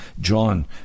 john